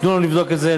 תנו לנו לבדוק את זה.